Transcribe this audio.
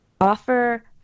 offer